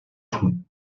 tout